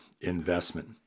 investment